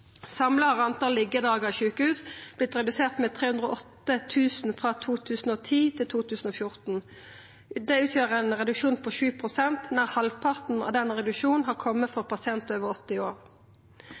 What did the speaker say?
Samla har talet på liggjedagar i sjukehus vorte redusert med 308 000 frå 2010 til 2014. Det utgjer ein reduksjon på 7 pst. Nær halvparten av denne reduksjonen har kome for